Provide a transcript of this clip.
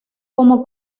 como